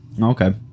okay